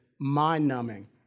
mind-numbing